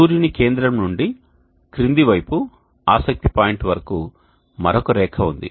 సూర్యుని కేంద్రం నుండి క్రింది వైపు ఆసక్తి పాయింట్ వరకు మరొక రేఖ ఉంది